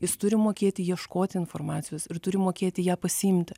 jis turi mokėti ieškoti informacijos ir turi mokėti ją pasiimti